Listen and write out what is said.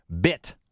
Bit